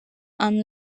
and